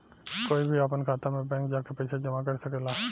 कोई भी आपन खाता मे बैंक जा के पइसा जामा कर सकेला